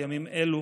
בימים אלו